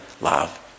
love